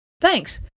Thanks